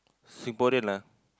Singaporean lah